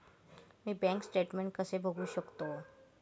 मी bank statement कसे बघू शकतो?